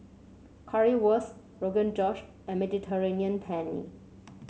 Currywurst Rogan Josh and Mediterranean Penne